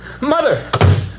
Mother